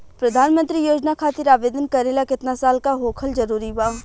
प्रधानमंत्री योजना खातिर आवेदन करे ला केतना साल क होखल जरूरी बा?